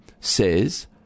says